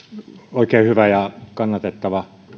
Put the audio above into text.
oikein hyvä ja kannatettava